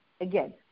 again